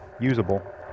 usable